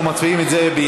אנחנו מצביעים על זה ביחד.